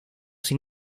sin